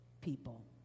people